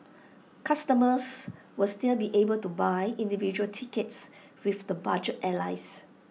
customers will still be able to buy individual tickets with the budget airlines